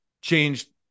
Changed